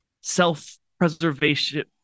self-preservation